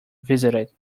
visited